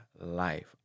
life